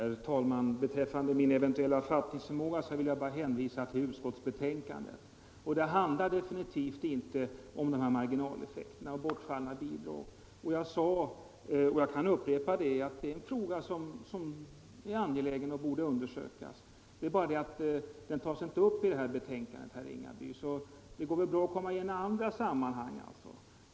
Herr talman! Beträffande min eventuella fattningsförmåga vill jag bara hänvisa till utskottsbetänkandet. Det handlar definitivt inte om marginaleffekter och bortfallna bidrag. Jag sade att den frågan är angelägen och bör undersökas. Det är bara det att den inte tas upp i det betänkande som vi nu behandlar, herr Ringaby. Det går väl bra att komma igen med den i andra sammanhang.